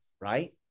right